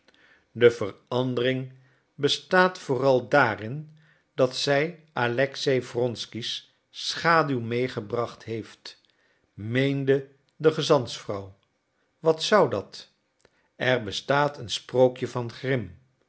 de verandering bestaat vooral daarin dat zij alexei wronsky's schaduw meegebracht heeft meende de gezantsvrouw wat zou dat er bestaat een sprookje van grimm